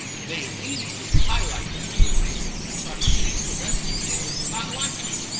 they immediately highlight that person and try to shame the rest of the world to not like them.